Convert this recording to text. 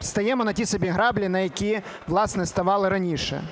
стаємо на ті самі граблі, на які, власне, ставали раніше.